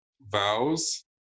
vows